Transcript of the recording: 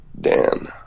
Dan